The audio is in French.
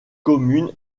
commune